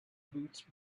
boots